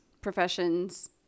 professions